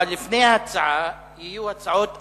אבל לפני ההצבעה יהיו הצעות אחרות.